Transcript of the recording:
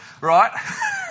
Right